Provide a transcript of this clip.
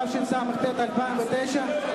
התשס”ט 2009,